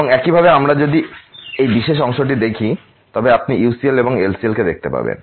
এবং একইভাবে যদি আমরা এই বিশেষ অংশটি দেখি তবে আপনি UCL এবং LCL দেখতে পাবেন